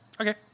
Okay